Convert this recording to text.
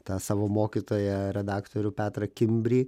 tą savo mokytoją redaktorių petrą kimbrį